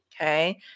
Okay